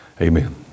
amen